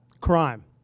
Crime